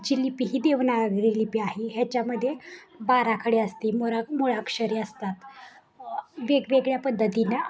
जी लिपी ही देवनागरी लिपी आहे ह्याच्यामध्ये बाराखडी असते मुरा मुळाक्षरे असतात वेगवेगळ्या पद्धतीनं